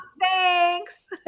thanks